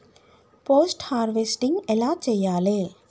Post harvesting ఎలా చెయ్యాలే?